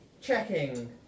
checking